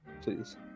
Please